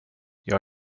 jag